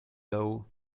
though